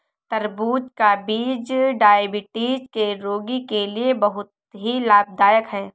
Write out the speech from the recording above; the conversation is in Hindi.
तरबूज का बीज डायबिटीज के रोगी के लिए बहुत ही लाभदायक है